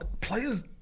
Players